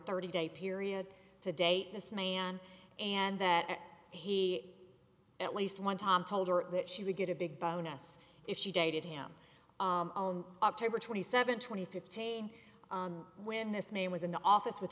thirty day period to date this man and that he at least one time told her that she would get a big bonus if she dated him on october twenty seventh twenty fifteen when this man was in the office with